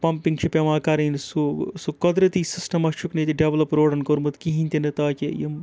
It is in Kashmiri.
پَمپِنٛگ چھِ پٮ۪وان کَرٕنۍ سُہ سُہ قۄدرٔتی سِسٹَما چھُکھ نہٕ ییٚتہِ ڈٮ۪ولَپ روڈ کورمُت کِہیٖنۍ تہِ نہٕ تاکہِ یِم